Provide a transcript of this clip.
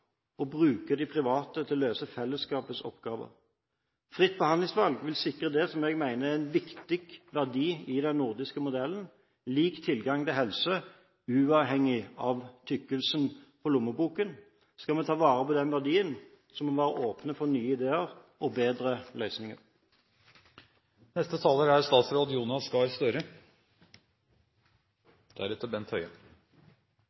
bruke de private til å løse fellesskapets oppgaver. Fritt behandlingsvalg vil sikre det jeg mener er en viktig verdi i den nordiske modellen: lik tilgang til helse – uavhengig av tykkelsen på lommeboken. Skal vi ta vare på den verdien, må vi være åpne for nye idéer og bedre